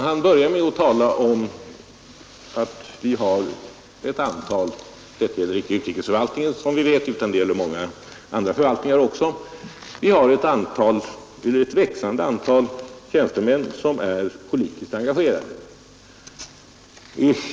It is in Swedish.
Han började med att tala om att inte bara i utrikesförvaltningen utan även i andra förvaltningar har vi ett växande antal tjänstemän som är politiskt engagerade.